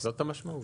זאת המשמעות.